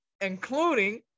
including